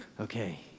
Okay